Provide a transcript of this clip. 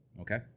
Okay